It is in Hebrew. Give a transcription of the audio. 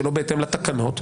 שלא בהתאם לתקנות,